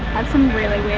had some really weird